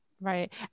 right